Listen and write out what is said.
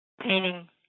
Painting